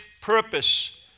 purpose